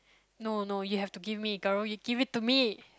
no no you have to give me girl you give it to me